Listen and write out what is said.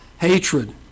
Hatred